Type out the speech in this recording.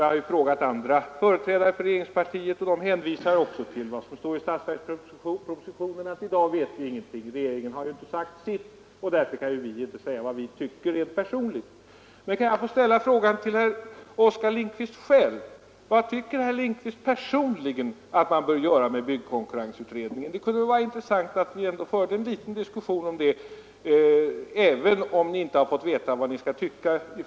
Jag har frågat också andra företrädare för regeringspartiet, och även de hänvisar till vad som står i propositionen och understryker att de inte vet något, eftersom regeringen inte sagt sitt. Därför kan de inte säga vad de tycker rent personligt. Men låt mig få ställa frågan till herr Lindkvist själv: Vad tycker herr Lindkvist personligen att man bör göra med byggkonkurrensutredningen? Det kunde väl vara intressant att föra en liten diskussion om detta, även om Ni inte från regeringen fått veta vad Ni skall tycka.